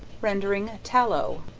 rendering tallow.